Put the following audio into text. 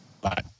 Bye